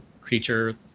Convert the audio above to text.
creature